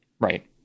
Right